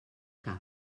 cap